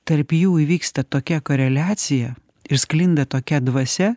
tarp jų įvyksta tokia koreliacija ir sklinda tokia dvasia